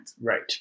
Right